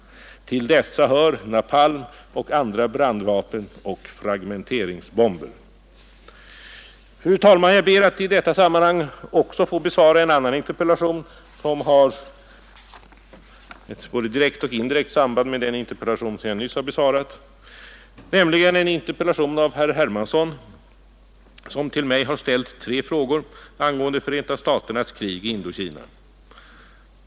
Till dessa hör napalm och andra brandvapen och fragmenteringsbomber. Fru talman! Jag ber att i detta sammanhang också få besvara en annan interpellation, som har ett både direkt och indirekt samband med den interpellation som jag nyss besvarat, nämligen en interpellation av herr Hermansson, som till mig har ställt tre frågor angående Förenta staternas krig i Indokina.